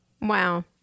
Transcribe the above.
Wow